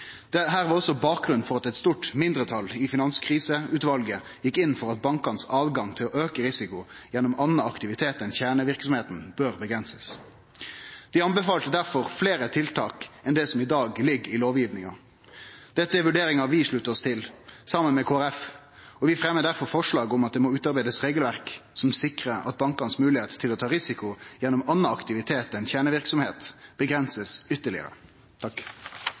var også bakgrunnen for at eit stort mindretal i Finanskriseutvalet gjekk inn for at tilgjenget for bankane til å auke risiko gjennom anna aktivitet enn kjerneverksemda burde avgrensast. Dei anbefalte difor fleire tiltak enn det som ligg i lovgivinga i dag. Dette er vurderingar vi sluttar oss til, saman med Kristeleg Folkeparti. Vi fremjar difor forslag om at det må utarbeidast regelverk som sikrar at moglegheita til bankane «til å ta risiko gjennom annen aktivitet enn